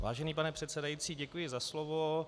Vážený pane předsedající, děkuji za slovo.